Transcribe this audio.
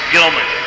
Gilman